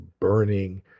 burning